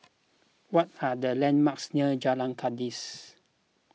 what are the landmarks near Jalan Kandis